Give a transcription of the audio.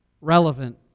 relevant